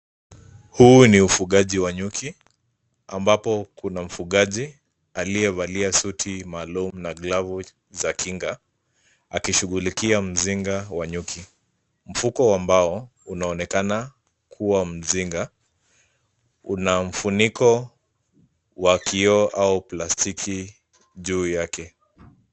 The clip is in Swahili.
Huu ni ufugaji wa nyuki, ambapo kuna mfugaji, aliyevalia suti maalum na glavu za kinga, akishughulikia mzinga wa nyuki. Mfuko wa mbao, unaonekana kuwa mzinga. Una mfuniko wa kioo au plastiki juu yake.